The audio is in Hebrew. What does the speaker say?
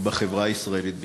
ובחברה הישראלית בכלל.